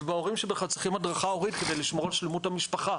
ובהורים שבכלל צריכים הדרכה הורית כדי לשמור על שלמות המשפחה,